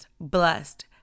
Blessed